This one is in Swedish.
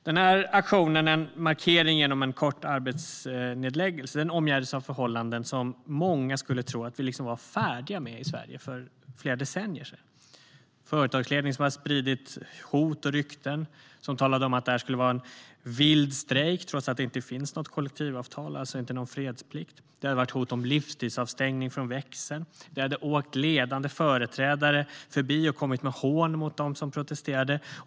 Den här aktionen, en markering genom en kort arbetsnedläggelse, omgärdades av förhållanden som man skulle tro att vi var färdiga med i Sverige för flera decennier sedan. Företagsledningen hade spridit hot och rykten och talade om att detta skulle vara en vild strejk trots att det inte finns något kollektivavtal och alltså ingen fredsplikt. Det förekom hot om livstidsavstängning från växeln, och ledande företrädare hade åkt förbi och hånat dem som protesterade.